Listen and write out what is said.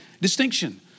distinction